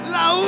la